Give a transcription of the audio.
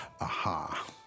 Aha